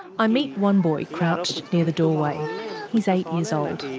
i meet one boy crouched near the doorway he's eight years old.